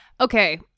Okay